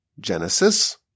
Genesis